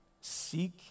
seek